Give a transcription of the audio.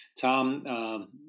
Tom